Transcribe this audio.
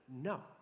no